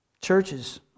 churches